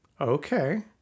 Okay